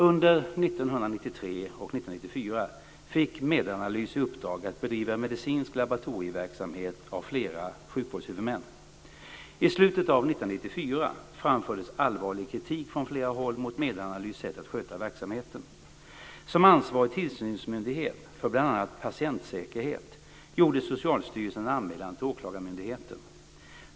Under 1993 och 1994 fick Medanalys i uppdrag att bedriva medicinsk laboratorieverksamhet av flera sjukvårdshuvudmän. I slutet av 1994 framfördes allvarlig kritik från flera håll mot Medanalys sätt att sköta verksamheten. Som ansvarig tillsynsmyndighet för bl.a. patientsäkerhet gjorde Socialstyrelsen en anmälan till åklagarmyndigheten.